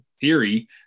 theory